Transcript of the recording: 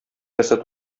нәрсә